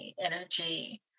energy